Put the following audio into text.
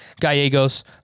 Gallegos